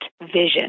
vision